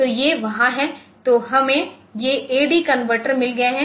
तो ये वहां हैं तो हमें ये AD कन्वर्टर्स मिल गए हैं